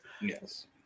Yes